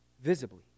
Visibly